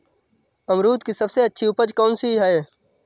अमरूद की सबसे अच्छी उपज कौन सी है?